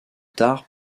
tard